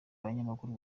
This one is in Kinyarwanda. abanyamakuru